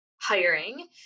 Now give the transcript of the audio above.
hiring